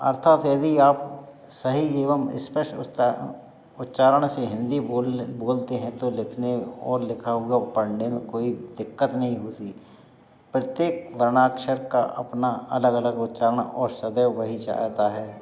अर्थात यदि आप सही एवं स्पष्ट उच्चा उच्चारण से हिन्दी बोलने बोलते हैं तो लिखने और लिखा हुआ पढ़ने में कोई दिक्कत नहीं होती परतेक वर्णाक्षर का अपना अलग अलग उच्चारण और सदैव वही चाहता है